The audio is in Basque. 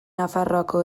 nafarroako